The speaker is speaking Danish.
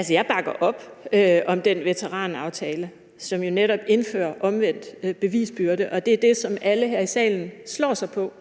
(SF): Jeg bakker op om den veteranaftale, som jo netop indfører omvendt bevisbyrde, og det er det, som alle her i salen slår sig på.